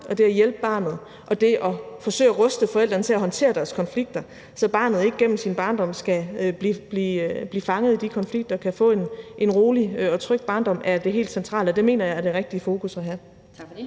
barnet, hjælpe barnet og forsøge at ruste forældrene til at håndtere deres konflikter, så barnet ikke gennem sin barndom skal blive fanget i de konflikter, men kan få en rolig og tryg barndom. Det mener jeg er det rigtige fokus at have.